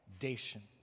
foundation